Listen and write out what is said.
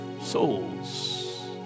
souls